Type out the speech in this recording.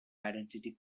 identity